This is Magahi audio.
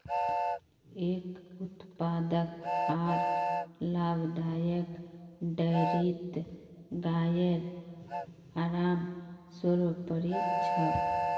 एक उत्पादक आर लाभदायक डेयरीत गाइर आराम सर्वोपरि छ